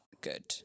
good